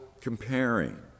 comparing